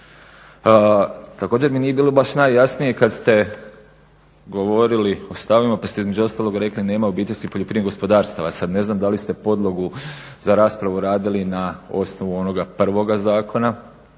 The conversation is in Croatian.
Također mi nije bilo baš najjasnije kada ste govorili o stavovima pa ste između ostalog rekli nema OPG-a. sada ne znam da li ste podlogu za raspravu radili na osnovu onoga prvoga zakona